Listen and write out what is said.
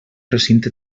recinte